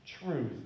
truth